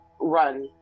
run